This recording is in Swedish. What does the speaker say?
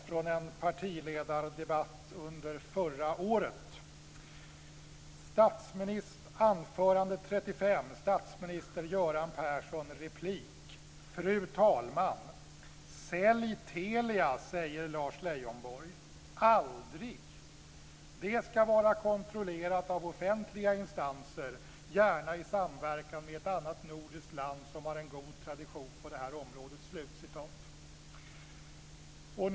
Fru talman! Sälj Telia, säger Lars Leijonborg. Aldrig. Det skall vara kontrollerat av offentliga instanser, gärna i samverkan med ett annat nordiskt land som har en god tradition på det här området."